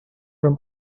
from